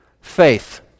faith